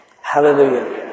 Hallelujah